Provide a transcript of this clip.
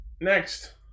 Next